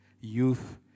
youth